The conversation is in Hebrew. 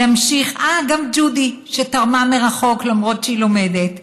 אה, גם ג'ודי, שתרמה מרחוק, למרות שהיא לומדת,